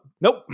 nope